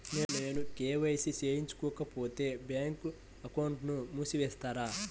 నేను కే.వై.సి చేయించుకోకపోతే బ్యాంక్ అకౌంట్ను మూసివేస్తారా?